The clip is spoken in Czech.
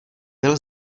byl